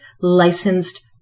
licensed